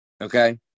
Okay